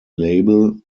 label